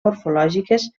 morfològiques